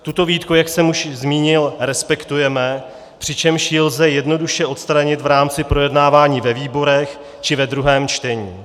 Tuto výtku, jak už jsem zmínil, respektujeme, přičemž ji lze jednoduše odstranit v rámci projednávání ve výborech či ve druhém čtení.